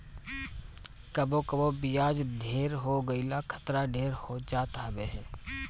कबो कबो बियाज ढेर हो गईला खतरा ढेर हो जात हवे